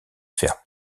faire